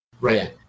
Right